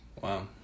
Wow